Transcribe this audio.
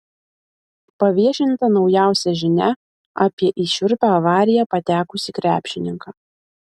paviešinta naujausia žinia apie į šiurpią avariją patekusį krepšininką